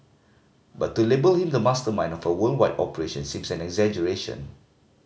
but to label him the mastermind of a worldwide operation seems an exaggeration